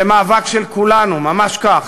זה מאבק של כולנו, ממש כך.